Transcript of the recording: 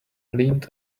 leaned